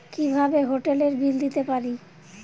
কিভাবে হোটেলের বিল দিতে পারি?